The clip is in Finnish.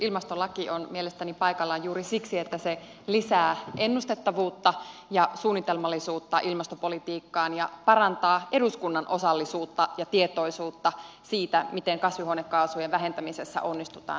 ilmastolaki on mielestäni paikallaan juuri siksi että se lisää ennustettavuutta ja suunnitelmallisuutta ilmastopolitiikassa ja parantaa eduskunnan osallisuutta ja tietoisuutta siitä miten kasvihuonekaasujen vähentämisessä onnistutaan